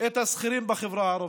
את השכירים בחברה הערבית.